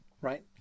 right